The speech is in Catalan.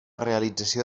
realització